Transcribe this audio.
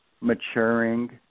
maturing